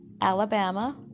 Alabama